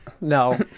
no